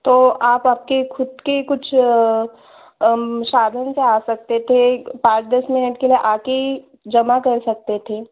तो आप आपके खुद के कुछ साधन से आ सकते थे पाँच दस मिनट के लिए आकर जमा कर सकते थे